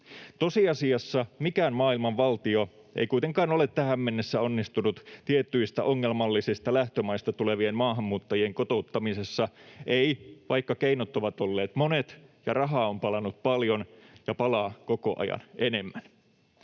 Tosiasiassa mikään maailman valtio ei kuitenkaan ole tähän mennessä onnistunut tietyistä ongelmallisista lähtömaista tulevien maahanmuuttajien kotouttamisessa, ei, vaikka keinot ovat olleet monet ja rahaa on palanut paljon ja palaa koko ajan enemmän.